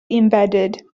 embedded